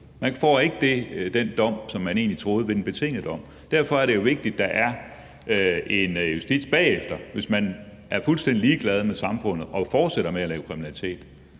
Man får ikke den dom, som man egentlig troede i forhold til den betingede dom. Derfor er det jo vigtigt, at der er en justits bagefter, hvis man er fuldstændig ligeglad med samfundet og fortsætter med at lave kriminalitet.